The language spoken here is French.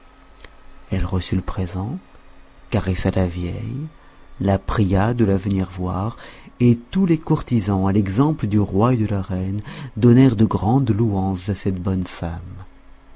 elle reçut le présent caressa la vieille la pria de la venir voir et tous les courtisans à l'exemple du roi et de la reine donnèrent de grandes louanges à cette bonne femme